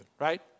right